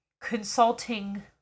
consulting